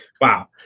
Wow